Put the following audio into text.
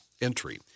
entry